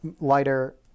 lighter